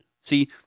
See